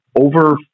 over